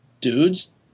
dudes